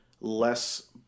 less